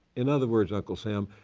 in other words, uncle sam,